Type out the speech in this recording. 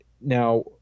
Now